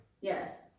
Yes